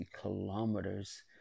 kilometers